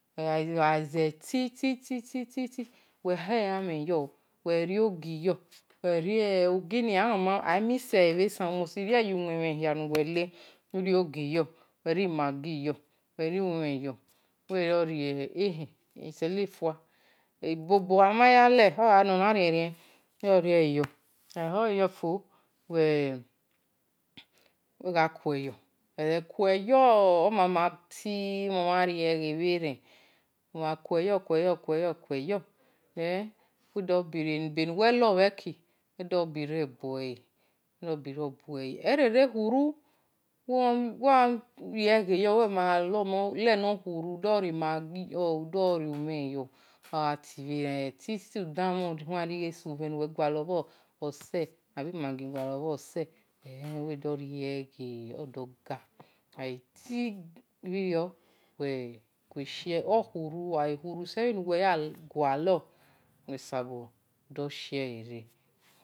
ogha zee ti ti ti uwe he-elamhen-yo uwe-rio-ogiye ogi-ni, ai-miss ele bhe esan uwe musti rie-ele gha owen-mhen nuwe-le uwe-re maggi yo, uwe-re ehen, izelefua ibobo amama ya le no-na-rien-rien uwe gha kue yo fo uwi gha kueyo omama ti orie-egha ubhe-ren uwe-gha kue yo fo wido-biri ebe-nuu lor bhe-eki bue ere-re-re-khuru wido dan-mhon khuan-len righe si umhen nuwe gualor bho oge abi maggi nuwe gualor bhoa ose wi-do-rie ghe odo-ga ogha tin bhi-rio okhuru, ogha khuru se-bhe-enu-we ya gualor wesabo-do-shiere.